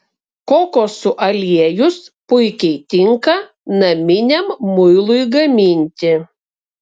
kokosų aliejus puikiai tinka naminiam muilui gaminti